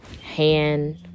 hand